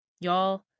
Y'all